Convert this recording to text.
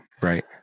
right